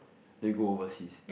then we go overseas